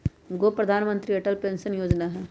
एगो प्रधानमंत्री अटल पेंसन योजना है?